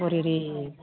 बुरिरि